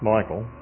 Michael